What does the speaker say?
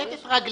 לכתת את רגליהם,